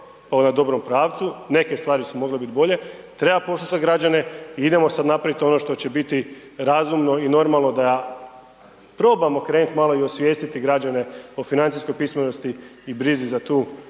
na dobrom pravcu, neke stvari su mogle biti bolje, treba poslušat građane i idemo sad napravit ono što će biti razumno i normalno da probamo krenuti malo i osvijestiti građane o financijskoj pismenosti i brizi za tu